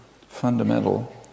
fundamental